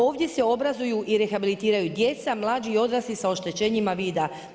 Ovdje se obrazuju i rehabilitiraju, djeca, mlađi i odrasli sa oštećenjima vida.